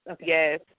Yes